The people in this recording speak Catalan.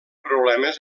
problemes